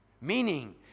Meaning